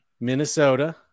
Minnesota